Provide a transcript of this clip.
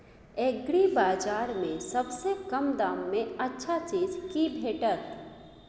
एग्रीबाजार में सबसे कम दाम में अच्छा चीज की भेटत?